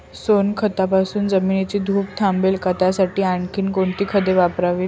सोनखतापासून जमिनीची धूप थांबेल का? त्यासाठी आणखी कोणती खते वापरावीत?